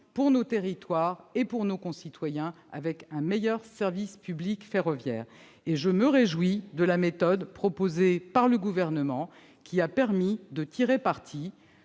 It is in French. pour nos territoires et pour nos concitoyens, grâce à un meilleur service public ferroviaire. Je me félicite de la méthode proposée par le Gouvernement : elle a permis de tirer parti